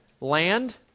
land